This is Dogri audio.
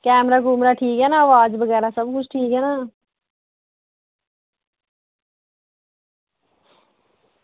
कैमरा ठीक ऐ ना अवाज़ बगैरा सब किश ठीक ऐ ना